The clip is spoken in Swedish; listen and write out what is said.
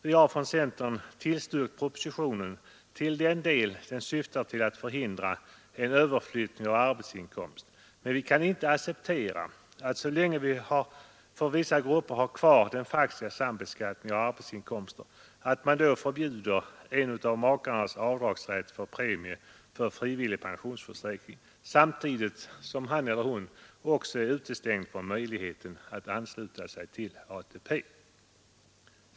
I centern har vi tillstyrkt propositionen till den del den syftar till att förhindra en överflyttning av arbetsinkomst, men vi kan inte acceptera att man, så länge vi för vissa grupper har kvar den faktiska sambeskattningen av arbetsinkomster, vägrar en av makarna avdragsrätt för premie för frivillig pensionsförsäkring samtidigt som han eller hon också är utestängd från möjligheten att ansluta sig till ATP.